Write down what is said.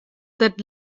that